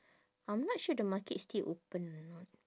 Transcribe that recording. I'm not sure the market still open or not